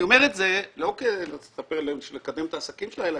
אני אומר את זה לא כדי לקדם את העסקים שלה אלא